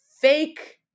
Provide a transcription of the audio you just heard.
fake